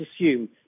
assume